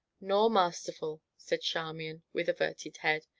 nor masterful! said charmian, with averted head.